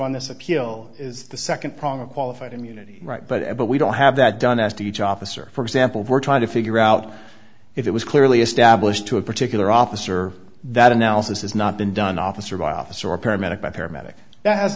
this appeal is the second prong of qualified immunity right but i but we don't have that done asked each officer for example we're trying to figure out if it was clearly established to a particular officer that analysis has not been done officer bias or paramedic by paramedic that has